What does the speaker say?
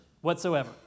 whatsoever